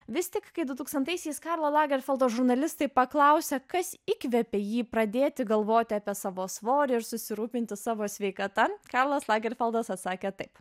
vis tik kai dutūkstantaisiais karlo lagerfeldo žurnalistai paklausė kas įkvėpė jį pradėti galvoti apie savo svorį ir susirūpinti savo sveikata karlas lagerfeldas atsakė taip